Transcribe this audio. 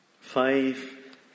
Five